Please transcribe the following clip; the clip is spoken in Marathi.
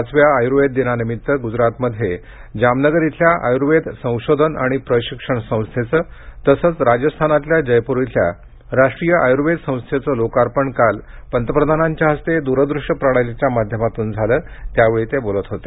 पाचव्या आयूर्वेद दिनानिमित्त गुजरातमध्ये जामनगर इथल्या आयुर्वेद संशोधन आणि प्रशिक्षण संस्थेचं तसंच राजस्थानातल्या जयपूर इथल्या राष्ट्रीय आयूर्वेद संस्थेचं लोकार्पण काल पंतप्रधानांच्या हस्ते द्रदृष्य प्रणालीच्या माध्यमातून झालं त्यावेळी ते बोलत होते